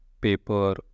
paper